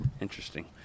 Interesting